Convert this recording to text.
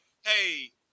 hey